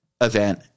event